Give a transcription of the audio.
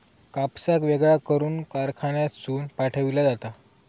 कापसाक वेगळा करून कारखान्यातसून पाठविला जाता